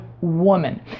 woman